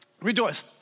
rejoice